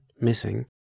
missing